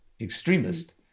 extremist